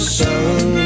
sun